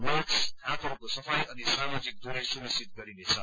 mask हातहरूको सफाई अनि सामाजिक दूरी सुनिश्चित गराइनेछ